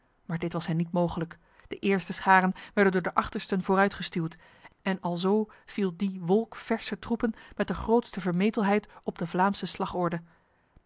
maar dit was hen niet mogelijk de eerste scharen werden door de achtersten vooruit gestuwd en alzo viel die wolk verse troepen met de grootste vermetelheid op de vlaamse